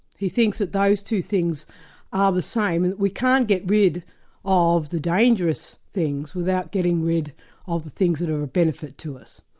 he thinks that those two things are ah the same and we can't get rid of the dangerous things without getting rid of the things that are of benefit to us.